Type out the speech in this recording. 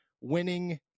winning